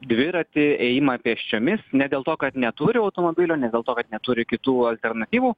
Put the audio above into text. dviratį ėjimą pėsčiomis ne dėl to kad neturi automobilio ne dėl to kad neturi kitų alternatyvų